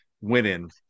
winning